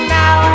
now